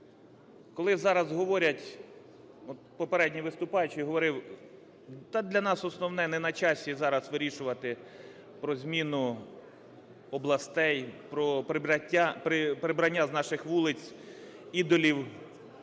Коли зараз говорять, попередній виступаючий говорив: "Та для нас основне не на часі зараз вирішувати про зміну областей, про прибрання з наших вулиць ідолів